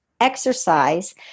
exercise